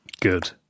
Good